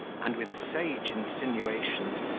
and, with sage insinuations,